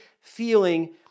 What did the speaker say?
feeling